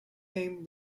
name